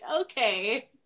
okay